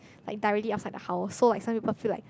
like directly outside the house so like some people feel like